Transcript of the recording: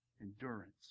Endurance